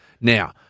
Now